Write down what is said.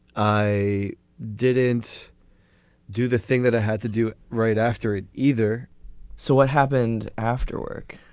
i didn't do the thing that i had to do right after it either so what happened after work